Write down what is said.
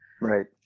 Right